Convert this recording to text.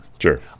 sure